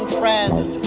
friend